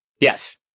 Yes